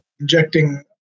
injecting